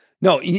No